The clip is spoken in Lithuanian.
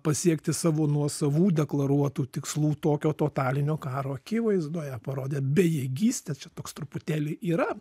pasiekti savo nuosavų deklaruotų tikslų tokio totalinio karo akivaizdoje parodė bejėgystę čia toks truputėlį yra